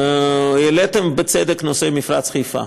העליתם בצדק את נושא מפרץ חיפה.